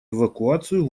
эвакуацию